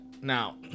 now